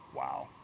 wow.